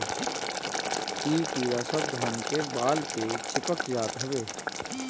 इ कीड़ा सब धान के बाल पे चिपक जात हवे